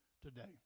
today